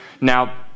Now